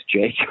Jake